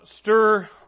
stir